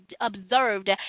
observed